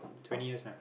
twenty years now